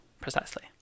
precisely